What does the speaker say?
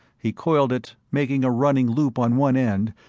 he coiled it, making a running loop on one end,